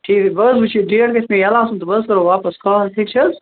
ٹھیٖک بہٕ حظ وچھ یہِ ڈیٹ گَژھہِ مےٚ یَلہٕ آسُن تہٕ بہٕ حظ کَرہو واپس کال ٹھیٖک چھا حظ